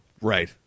Right